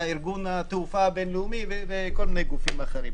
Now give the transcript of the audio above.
ארגון התעופה הבין לאומי וכל מיני גופים אחרים,